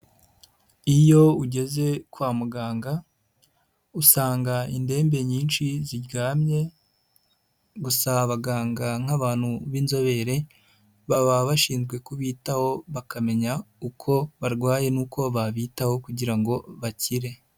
Iyo ugeze kwa muganga usanga indembe nyinshi ziryamye gusa abaganga nk'abantu b'inzobere baba bashinzwe kubitaho bakamenya uko barwaye n'uko babitaho kugira ngo bakire.